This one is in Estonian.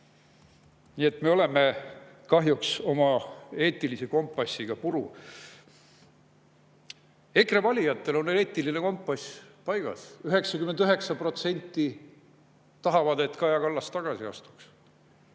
et me oleme kahjuks oma eetilise kompassiga puru. EKRE valijatel on eetiline kompass paigas: 99% tahavad, et Kaja Kallas tagasi astuks.